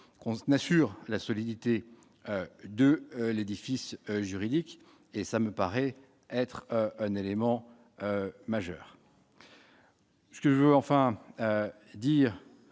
qu'on n'assure la solidité de l'édifice juridique et ça me paraît être un élément majeur. Ce que je veux enfin dire,